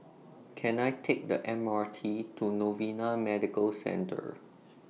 Can I Take The M R T to Novena Medical Centre